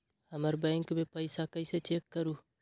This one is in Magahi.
हमर बैंक में पईसा कईसे चेक करु?